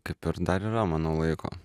kaip ir dar yra manau laiko